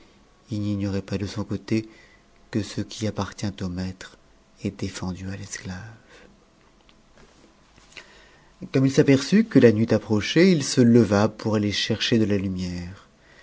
il n'ignorait pas de son côté que ce qui appartient au ma tre st défendu à l'esclave comme il s'aperçut que la nuit approchait il se leva pour aller cher er de la lumière